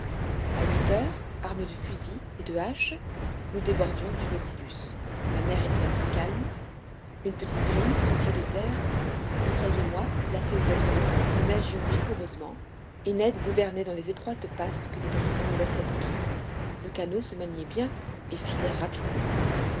a huit heures armés de fusils et de haches nous débordions du nautilus la mer était assez calme une petite brise soufflait de terre conseil et moi placés aux avirons nous nagions vigoureusement et ned gouvernait dans les étroites passes que les brisants laissaient entre eux le canot se maniait bien et filait rapidement